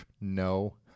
no